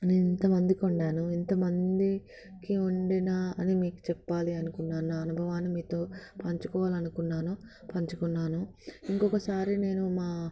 నేను ఎంతమందికి వండాను ఇంతమందికి వండిన అని మీకు చెప్పాలి అనుకున్నాను నాఅనుభవాన్ని మీతో పంచుకోవాలనుకున్నాను పంచుకున్నాను ఇంకొకసారి నేను మా